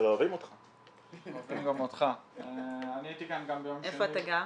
איפה אתה גר?